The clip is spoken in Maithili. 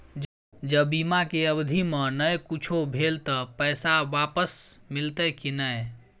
ज बीमा के अवधि म नय कुछो भेल त पैसा वापस मिलते की नय?